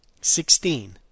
Sixteen